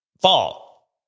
fall